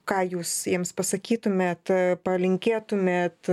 ką jūs jiems pasakytumėt palinkėtumėt